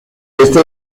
noreste